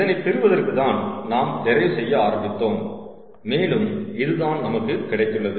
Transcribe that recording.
இதனை பெறுவதற்கு தான் நாம் டெரைவ் செய்ய ஆரம்பித்தோம் மேலும் இதுதான் நமக்கு கிடைத்துள்ளது